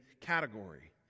category